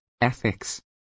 ethics